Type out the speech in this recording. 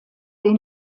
den